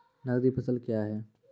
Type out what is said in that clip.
नगदी फसल क्या हैं?